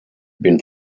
been